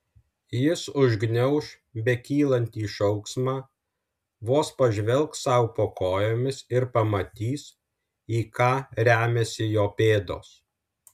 jis užgniauš bekylantį šauksmą vos pažvelgs sau po kojomis ir pamatys į ką remiasi jo pėdos